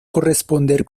corresponder